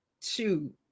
two